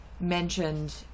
mentioned